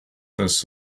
this